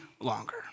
longer